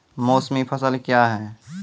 मौसमी फसल क्या हैं?